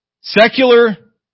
secular